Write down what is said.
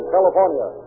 California